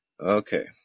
Okay